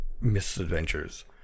misadventures